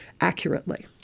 accurately